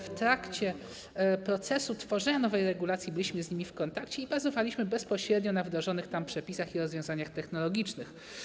W trakcie procesu tworzenia nowych regulacji byliśmy z nimi w kontakcie i bazowaliśmy bezpośrednio na wdrożonych w nich przepisach i rozwiązaniach technologicznych.